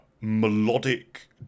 melodic